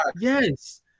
Yes